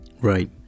Right